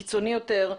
קיצוני יותר,